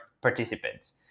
participants